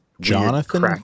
Jonathan